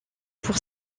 pour